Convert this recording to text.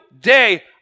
day